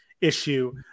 issue